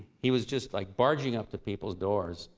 he was just like barging up to people's doors.